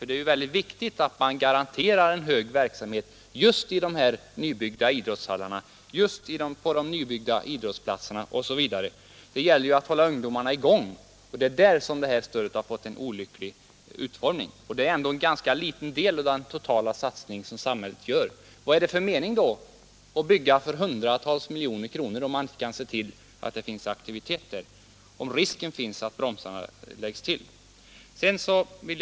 Det är viktigt att man också garanterar en hög verksamhet just i dessa nybyggda idrottshallar, på de nybyggda idrottsplatserna osv. Det gäller ju att hålla ungdomarna ”i gång”. I det avseendet har detta stöd fått en olycklig utformning. Det utgör ändå en ganska liten del av samhällets totala satsning. Vad är det för mening med att bygga för hundratals miljoner kronor om man inte kan se till att det finns aktiviteter på idrottsplatserna och i hallarna, om risk finns för att bromsarna slås till?